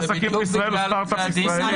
העסקים בישראל הוא סטרטאפ ישראלי.